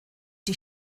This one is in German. die